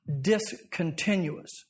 discontinuous